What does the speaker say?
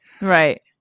Right